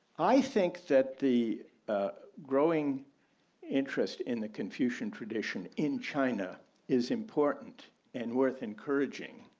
i think that the growing interest in the confucian tradition in china is important and worth encouraging.